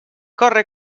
corre